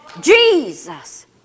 Jesus